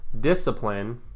discipline